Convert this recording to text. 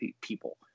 people